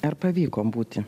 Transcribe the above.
ar pavyko būti